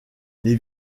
les